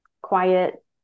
quiet